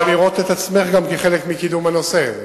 את יכולה לראות את עצמך כחלק מקידום הנושא.